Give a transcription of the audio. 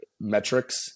metrics